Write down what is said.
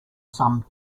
some